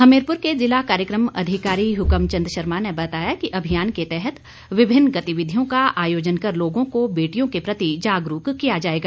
हमीरपुर के जिला कार्यक्रम अधिकारी हुक्म चंद शर्मा ने बताया कि अभियान के तहत विभिन्न गतिविधियों का आयोजन कर लोगों को बेटियों के प्रति जागरूक किया जाएगा